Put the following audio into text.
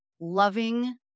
loving